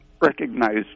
recognized